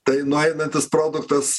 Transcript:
tai nueinantis produktas